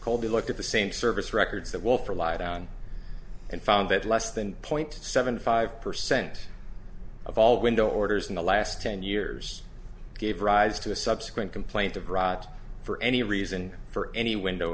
colby look at the same service records that wolf are lying down and found that less than point seven five percent of all window orders in the last ten years gave rise to a subsequent complaint of rot for any reason for any window